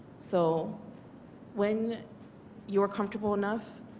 so when you are comfortable enough,